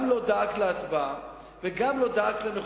גם לא דאגת להצבעה וגם לא דאגת לנוכחות,